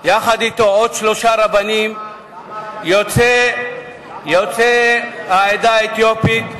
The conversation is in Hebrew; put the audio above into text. עוד שלושה רבנים יוצאי העדה האתיופית,